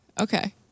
Okay